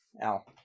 Al